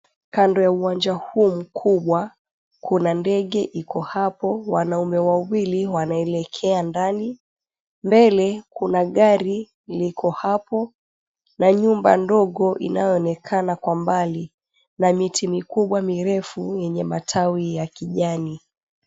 Kando ya uwanja huu mkubwa kuna ndege iko hapo. Wanaume wawili wanaelekea ndani. Mbele kuna gari liko hapo na nyumba ndogo inayoonekana kwa mbali na miti mikubwa mirefu yenye matawi ya kijani.